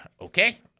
Okay